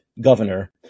governor